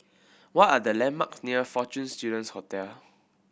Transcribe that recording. what are the landmarks near Fortune Students Hotel